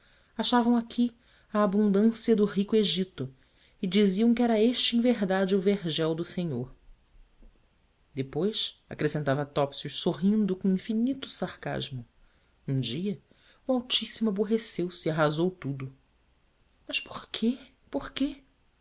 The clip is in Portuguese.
achavam aqui a abundância do rico egito e diziam que era este em verdade o vergel do senhor depois acrescentava topsius sorrindo com infinito sarcasmo um dia o altíssimo aborreceu-se e arrasou tudo mas por quê por